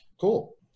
Cool